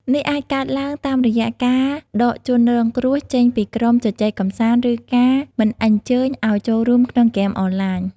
នេះអាចកើតឡើងតាមរយៈការដកជនរងគ្រោះចេញពីក្រុមជជែកកម្សាន្ត ឬការមិនអញ្ជើញឲ្យចូលរួមក្នុងហ្គេមអនឡាញ។